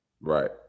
Right